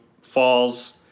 falls